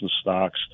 stocks